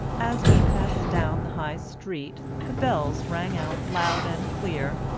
as we passed down the high street the bells rang out loud and clear,